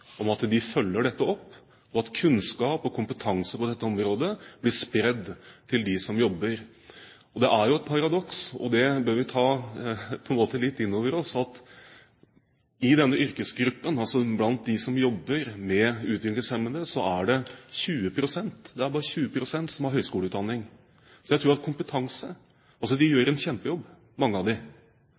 om at de følger dette opp, og at kunnskap og kompetanse på dette området blir spredt til dem som jobber. Det er jo et paradoks, og det bør vi ta inn over oss, at i den yrkesgruppen som jobber med utviklingshemmede, er det bare 20 pst. som har høyskoleutdanning. Mange av dem gjør en kjempejobb. Men jeg tror at å spre kompetanse